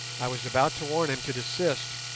i was about to warn him to desist,